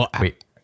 wait